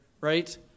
right